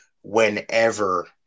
whenever